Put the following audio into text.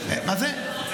אני פה.